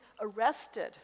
arrested